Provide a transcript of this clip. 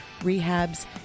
rehabs